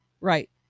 right